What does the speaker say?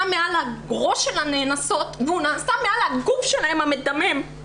מעל הראש של הנאנסות והוא נעשה מעל הגוף המדמם שלהם.